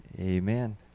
Amen